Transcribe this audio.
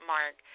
Mark